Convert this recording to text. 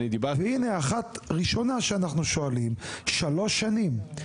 והנה, אחת ראשונה שאנחנו שואלים שלוש שנים,